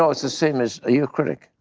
it's the same as, are you a critic?